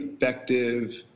effective